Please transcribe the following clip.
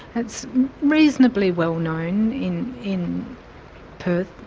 it's reasonably well-known in in perth,